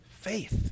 faith